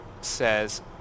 says